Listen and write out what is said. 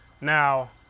Now